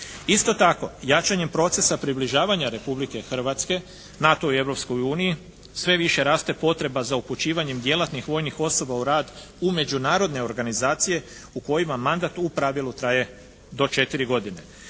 Isto tako jačanjem procesa približavanja Republike Hrvatske NATO-u i Europskoj uniji sve više raste potreba za upućivanjem djelatnih vojnih osoba u rad u međunarodne organizacije u kojima mandat u pravilu traje do 4 godine.